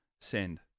send